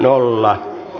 kannatan